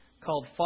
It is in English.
called